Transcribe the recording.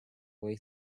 way